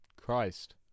Christ